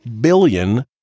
billion